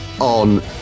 on